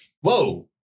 Whoa